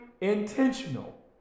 intentional